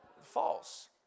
False